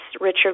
Richard